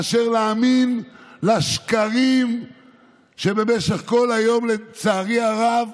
מאשר להאמין לשקרים שבמשך כל היום, לצערי הרב,